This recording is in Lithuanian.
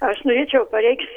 aš norėčiau pareikšt